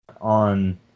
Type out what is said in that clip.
on